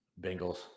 Bengals